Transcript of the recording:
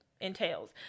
entails